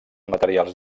materials